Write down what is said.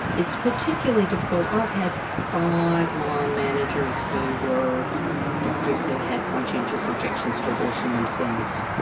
it's particularly difficult. i've had five line managers who were doctors who had conscientious objections to abortion themselves.